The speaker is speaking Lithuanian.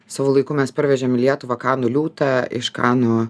savo laiku mes parvežėm į lietuvą kanų liūtą iš kanų